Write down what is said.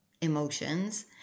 emotions